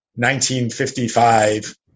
1955